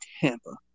Tampa